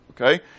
Okay